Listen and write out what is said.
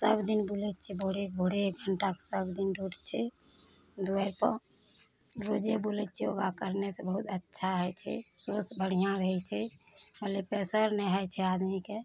सब दिन बुलै छियै भोरे भोरे एक घण्टाके सब दिन रोड छै दुआरि पर रोजे बुलै छियै योगा कयला सऽ बहुत अच्छा होइ छै साॅंस बढ़ियाँ रहै छै मने प्रेसर नहि होइ छै आदमीके